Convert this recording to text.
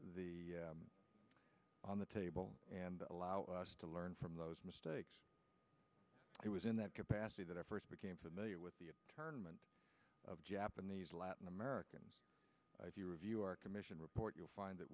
the on the table and allow us to learn from those mistakes it was in that capacity that i first became familiar with the tournaments of japanese latin americans review our commission report you'll find that